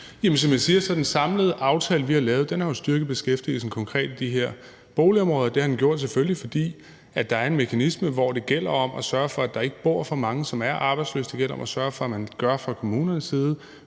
den samlede aftale, som vi har lavet, styrket beskæftigelsen konkret i de her boligområder, og det har den selvfølgelig gjort, fordi der er en mekanisme, hvor det gælder om at sørge for, at der ikke bor for mange, som er arbejdsløse, og hvor det gælder om at sørge for, at man fra kommunernes og